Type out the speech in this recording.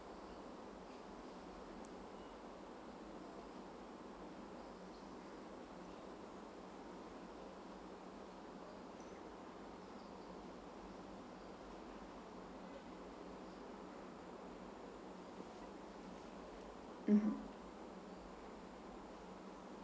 mmhmm